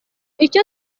icyo